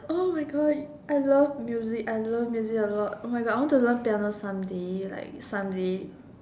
oh my god I love music I love music a lot oh my god I want to learn piano someday like someday